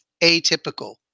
atypical